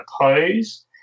pose